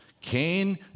Cain